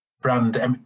brand